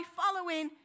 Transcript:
following